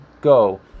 go